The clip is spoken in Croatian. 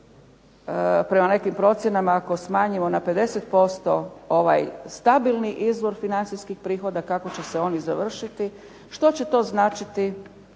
prema nekim procjenama ako smanjimo na 50% ovaj stabilni izvor financijskih prihoda kako će se oni završiti, što će to značiti